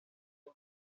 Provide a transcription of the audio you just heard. nom